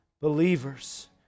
believers